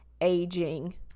aging